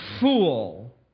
fool